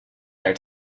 haar